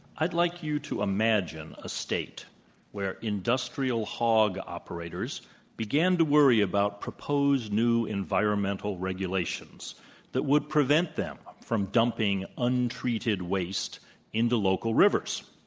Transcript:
i'd like you to imagine a state where industrial hog operators began to worry about proposed new environmental regulations that would prevent them from dumping untreated waste into local rivers.